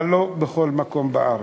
אבל לא בכל מקום בארץ.